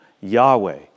Yahweh